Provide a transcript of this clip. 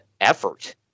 effort